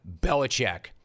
Belichick